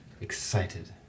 excited